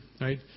right